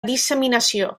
disseminació